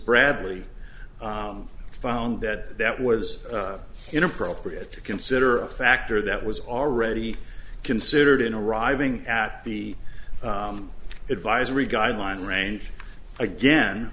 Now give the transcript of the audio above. bradley found that that was inappropriate to consider a factor that was already considered in arriving at the advisory guideline range again